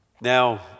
now